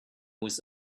was